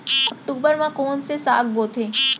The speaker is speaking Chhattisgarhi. अक्टूबर मा कोन से साग बोथे?